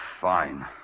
fine